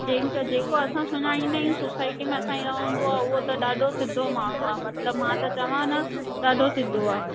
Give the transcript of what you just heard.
जेन त जेको असां सुञाणींदा आहियूं सोसायटी में असांजी रहंदो आहे उहो त ॾाढो सिधो माण्हू आहे मतिलबु मां त चवां न ॾाढो सिधो आहे